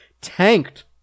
tanked